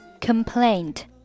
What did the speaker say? Complaint